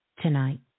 tonight